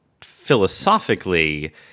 philosophically